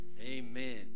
Amen